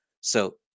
So-